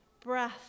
breath